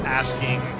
asking